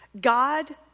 God